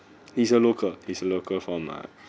he's a local he's a local from ah